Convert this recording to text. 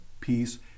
peace